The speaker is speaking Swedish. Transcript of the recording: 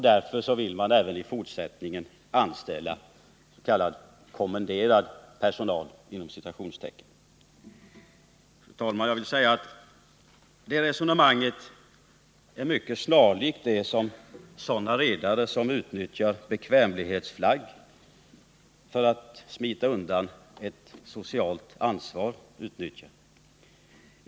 Därför ville man även i fortsättningen anställa ”kommenderad personal”. Fru talman! Jag vill säga: Det resonemanget är mycket snarlikt det som sådana redare som utnyttjar bekvämlighetsflagg för att smita undan ett socialt ansvar utnyttjar.